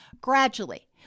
gradually